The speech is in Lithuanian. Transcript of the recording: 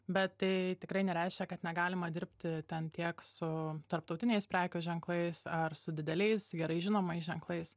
bet tai tikrai nereiškia kad negalima dirbti ten tiek su tarptautiniais prekių ženklais ar su dideliais gerai žinomais ženklais